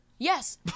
yes